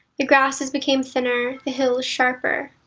the grasses became thinner, the hills sharper.